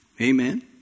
Amen